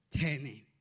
turning